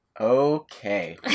Okay